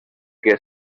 què